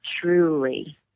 truly